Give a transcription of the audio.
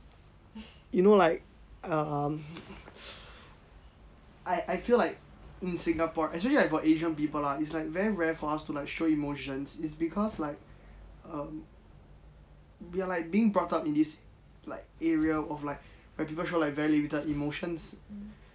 you know like um I I feel like in singapore actually for asian people lah it's like very rare for us to like show emotions it's because like um we are like being brought up in this like area of like where people show like very limited emotions